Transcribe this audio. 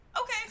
okay